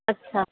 अच्छा